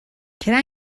can